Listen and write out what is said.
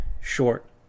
short